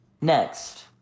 Next